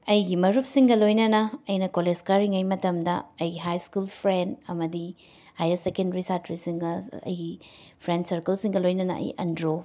ꯑꯩꯒꯤ ꯃꯔꯨꯞꯁꯤꯡꯒ ꯂꯣꯏꯅꯅ ꯑꯩꯅ ꯀꯣꯂꯦꯁ ꯀꯥꯔꯤꯉꯩ ꯃꯇꯝꯗ ꯑꯩꯒꯤ ꯍꯥꯏ ꯁ꯭ꯀꯨꯜ ꯐ꯭ꯔꯦꯟ ꯑꯃꯗꯤ ꯍꯥꯌꯔ ꯁꯦꯟꯀꯦꯗ꯭ꯔꯤ ꯁꯥꯇ꯭ꯔꯁꯤꯡꯒ ꯑꯩꯒꯤ ꯐ꯭ꯔꯦꯟ ꯁꯔꯀꯜꯁꯤꯡꯒ ꯂꯣꯏꯅꯅ ꯑꯩ ꯑꯟꯗ꯭ꯔꯣ